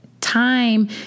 time